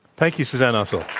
thank you, suzanne nossel.